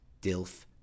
DILF